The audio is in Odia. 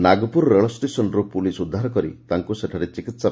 ନାଗପୁର ରେଳଷ୍ଟେସନରୁ ପୁଲିସ ଉଦ୍ଧାର କରି ତାଙ୍କୁ ସେଠାରେ ଚିକିସ୍